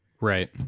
Right